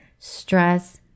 Stress